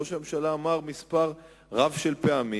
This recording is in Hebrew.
ראש הממשלה אמר מספר רב של פעמים,